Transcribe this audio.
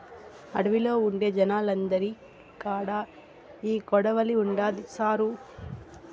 అడవిలో ఉండే జనాలందరి కాడా ఈ కొడవలి ఉండాది సారూ